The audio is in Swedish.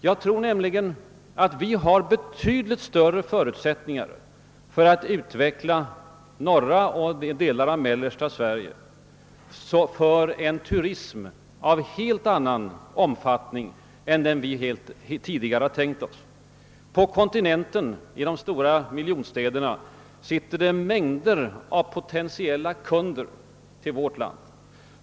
Jag tror att vi har betydligt större betingelser än vi tidigare tänkt oss att utveckla norra Sverige och delar av Mellansverige för en turism av helt annan omfattning än nu. I de stora miljonstäderna nere på kontinenten finns det mängder av potentiella kunder till vårt land.